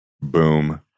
boom